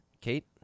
Kate